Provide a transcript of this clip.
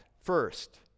first